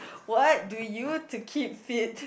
what do you to keep fit